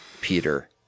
Peter